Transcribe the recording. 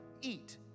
eat